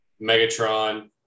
Megatron